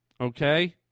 Okay